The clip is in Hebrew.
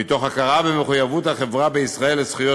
מתוך הכרה במחויבות החברה בישראל לזכויות